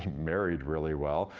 married really well.